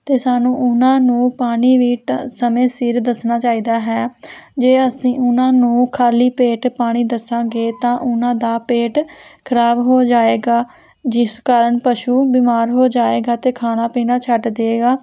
ਅਤੇ ਸਾਨੂੰ ਉਹਨਾਂ ਨੂੰ ਪਾਣੀ ਵੀ ਟ ਸਮੇਂ ਸਿਰ ਦੱਸਣਾ ਚਾਹੀਦਾ ਹੈ ਜੇ ਅਸੀਂ ਉਹਨਾਂ ਨੂੰ ਖਾਲੀ ਪੇਟ ਪਾਣੀ ਦੱਸਾਂਗੇ ਤਾਂ ਉਹਨਾਂ ਦਾ ਪੇਟ ਖ਼ਰਾਬ ਹੋ ਜਾਵੇਗਾ ਜਿਸ ਕਾਰਨ ਪਸ਼ੂ ਬਿਮਾਰ ਹੋ ਜਾਵੇਗਾ ਅਤੇ ਖਾਣਾ ਪੀਣਾ ਛੱਡ ਦੇਵੇਗਾ